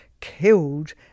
killed